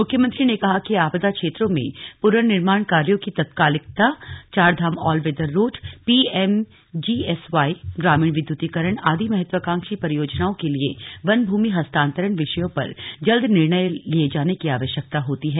मुख्यमंत्री ने कहा कि आपदा क्षेत्रों में प्नर्निर्माण कार्यों की तात्कालिकता Chardham all weather road P M G S Y ग्रामीण विद्युतिकरण आदि महत्वाकांक्षी परियोजनाओं के लिए वन भूमि हस्तांतरण विषयों पर जल्द निर्णय लिए जाने की आवश्यकता होती है